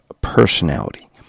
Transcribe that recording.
personality